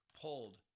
pulled